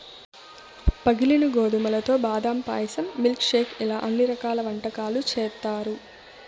పగిలిన గోధుమలతో బాదం పాయసం, మిల్క్ షేక్ ఇలా అన్ని రకాల వంటకాలు చేత్తారు